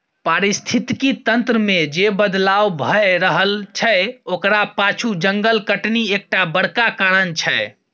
पारिस्थितिकी तंत्र मे जे बदलाव भए रहल छै ओकरा पाछु जंगल कटनी एकटा बड़का कारण छै